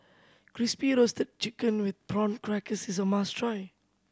Crispy Roasted Chicken with Prawn Crackers is a must try